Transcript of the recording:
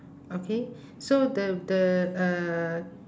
okay so the the uh